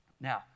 Now